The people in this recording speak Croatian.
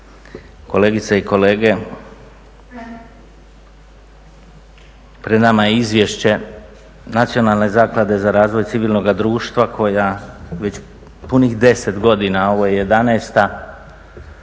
kolegice i kolege pred nama je izvješće Nacionalne zaklade za razvoj civilnoga društva koja već punih 10 godina, ovo je 11, podiže